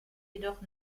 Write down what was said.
jedoch